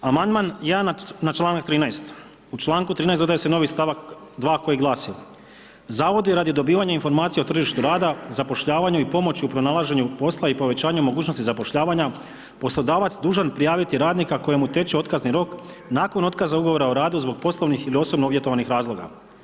Amandman 1. na članak 13., u članku 13. dodaje se novi stavak 2 koji glasi: Zavod je radi dobivanja informacija o tržištu rada, zapošljavanju i pomoći u pronalaženju posla i povećanju mogućnosti zapošljavanja poslodavac dužan prijaviti radnika kojemu teče otkazni rok nakon otkaza ugovora o radu zbog poslovnih ili osobno uvjetovanih razloga.